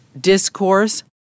discourse